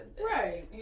right